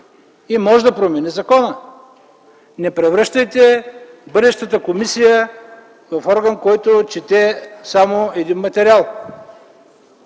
и може да промени закона. Не превръщайте бъдещата комисия в орган, който само чете един материал.